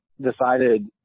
decided